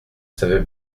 savais